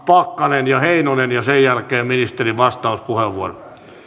pakkanen ja heinonen ja sen jälkeen ministerin vastauspuheenvuoro